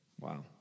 Wow